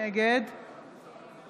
נגד